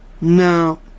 no